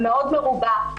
ומאוד מרובע,